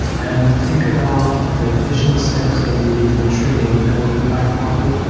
and think about the additional steps that you need for training. when you back propagate,